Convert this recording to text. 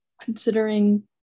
considering